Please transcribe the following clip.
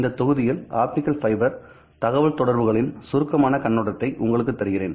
இந்த தொகுதியில் optical fibre தகவல்தொடர்புகளின் சுருக்கமான கண்ணோட்டத்தை உங்களுக்கு தருகிறேன்